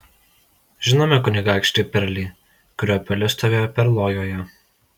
žinome kunigaikštį perlį kurio pilis stovėjo perlojoje